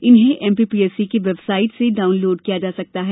इन्हें एमपीपीएससी की वेबसाइट से डाउनलोड किया जा सकता हैं